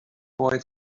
boy